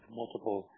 multiple